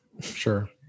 sure